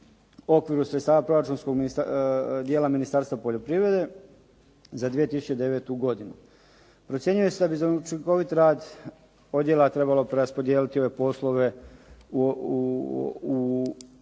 okviru sredstava proračunskog djela Ministarstva poljoprivrede za 2009. godinu. Procjenjuje se da za učinkovit rad odjela trebalo bi preraspodijeliti ove poslove u